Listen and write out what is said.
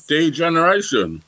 Degeneration